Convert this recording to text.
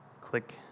click